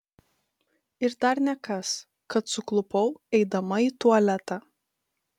ir dar nekas kad suklupau eidama į tualetą